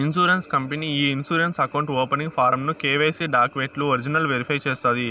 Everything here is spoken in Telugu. ఇన్సూరెన్స్ కంపనీ ఈ ఇన్సూరెన్స్ అకౌంటు ఓపనింగ్ ఫారమ్ ను కెవైసీ డాక్యుమెంట్లు ఒరిజినల్ వెరిఫై చేస్తాది